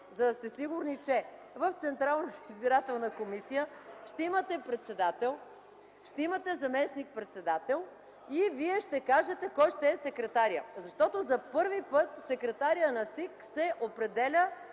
за да сте сигурни, че в Централната избирателна комисия ще имате председател, ще имате заместник-председател и вие ще кажете кой ще е секретарят. За първи път секретарят на ЦИК се определя